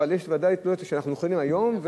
יש ודאי כאלה שאנחנו יכולים היום,